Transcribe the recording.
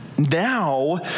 Now